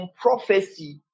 prophecy